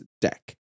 deck